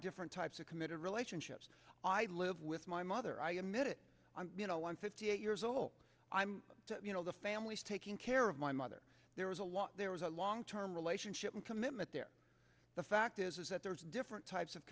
different types of committed relationships i live with my mother i admit i'm you know i'm fifty eight years old i'm the family's taking care of my mother there was a lot there was a long term relationship and commitment there the fact is is that there's different types of